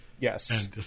Yes